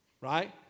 Right